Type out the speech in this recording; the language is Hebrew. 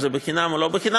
אם זה בחינם או לא בחינם,